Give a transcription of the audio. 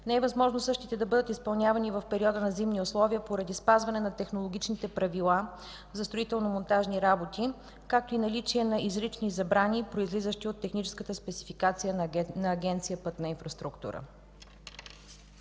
не е възможно същите да бъдат изпълнявани в периода на зимни условия поради спазване на технологичните правила за строително-монтажни работи, както и наличие на изрични забрани, произлизащи от техническата спецификация на Агенция „Пътна инфраструктура”.